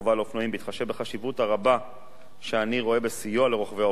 בהתחשב בחשיבות הרבה שאני רואה בסיוע לרוכבי האופנועים,